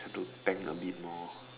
to tank a bit more